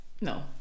no